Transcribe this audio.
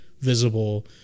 visible